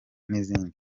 n’izindi